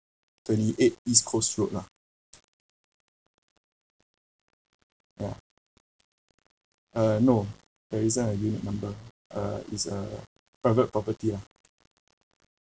twenty eight east coast road lah ya uh no there isn't a unit number uh it's a private property lah